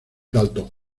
dalton